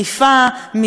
מתקלה,